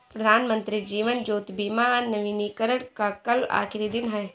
प्रधानमंत्री जीवन ज्योति बीमा नवीनीकरण का कल आखिरी दिन है